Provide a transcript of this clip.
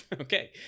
Okay